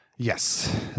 Yes